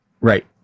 right